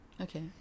Okay